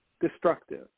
destructive